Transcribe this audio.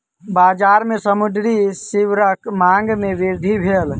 बजार में समुद्री सीवरक मांग में वृद्धि भेल